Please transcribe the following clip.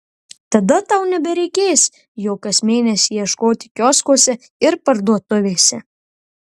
tada tau nebereikės jo kas mėnesį ieškoti kioskuose ir parduotuvėse